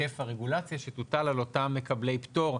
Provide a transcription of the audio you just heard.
היקף הרגולציה שתוטל על אותם מקבלי פטור,